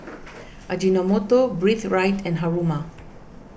Ajinomoto Breathe Right and Haruma